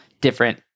different